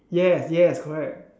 yes yes correct